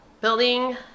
Building